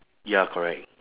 ya correct